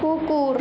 কুকুর